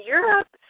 Europe